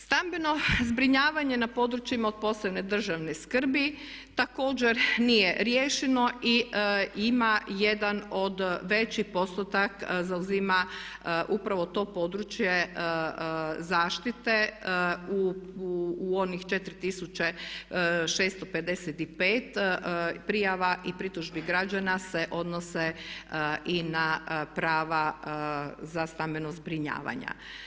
Stambeno zbrinjavanje na područjima od posebne državne skrbi također nije riješeno i ima jedan od, veći postotak zauzima upravo to područje zaštite u onih 4655 prijava i pritužbi građana se odnose i na prava za stambena zbrinjavanja.